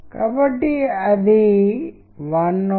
కాబట్టి పదాలు మరియు చిత్రాల మధ్య పరస్పర చర్యల ద్వారా అర్థం ఏర్పడుతుంది